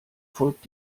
folgt